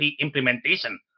implementation